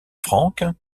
franque